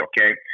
okay